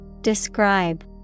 Describe